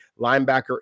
linebacker